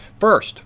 First